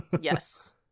Yes